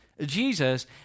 Jesus